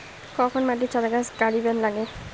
কখন মাটিত চারা গাড়িবা নাগে?